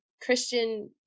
Christian